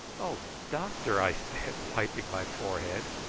oh, doctor! i said, wiping my forehead.